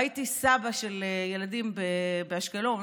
ראיתי סבא של ילדים באשקלון.